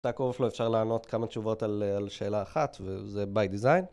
בקורס לא אפשר לענות כמה תשובות על אה... על שאלה אחת, וזה ביי-דיזיין,